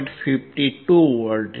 52 volt છે